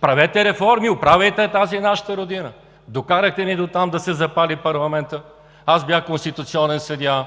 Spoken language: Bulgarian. Правете реформи, оправяйте я тази наша Родина. Докарахте ни дотам да се запали парламентът. Аз бях конституционен съдия